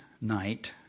night